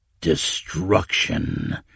Destruction